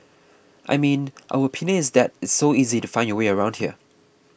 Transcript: I mean our opinion is that it's so easy to find your way around here